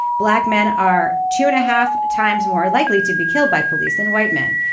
black men are two and a half times more likely to be killed by police than white men.